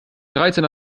dreizehn